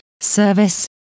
service